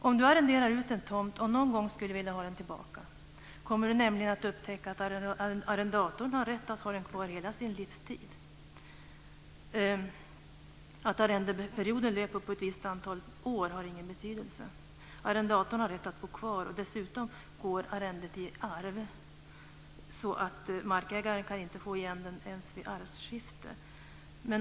Om du arrenderar ut en tomt och någon gång skulle vilja ha den tillbaka kommer du nämligen att upptäcka att arrendatorn har rätt att ha den kvar hela sin livstid. Att arrendeperioden löper på ett visst antal år har ingen betydelse. Arrendatorn har rätt att bo kvar. Dessutom går arrendet i arv. Markägaren kan alltså inte få igen den ens vid arvsskifte.